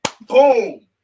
Boom